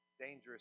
dangerous